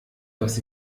dass